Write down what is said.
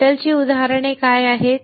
धातूची उदाहरणे काय आहेत